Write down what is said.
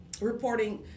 reporting